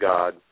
God